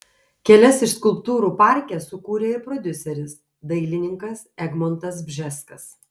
kelias iš skulptūrų parke sukūrė ir prodiuseris dailininkas egmontas bžeskas